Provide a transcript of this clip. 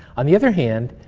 on the other hand,